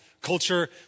culture